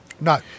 No